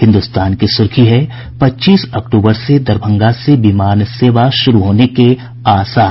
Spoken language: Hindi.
हिन्दुस्तान की सुर्खी है पच्चीस अक्टूबर से दरभंगा से विमान सेवा शुरू होने के आसार